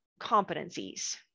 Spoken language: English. competencies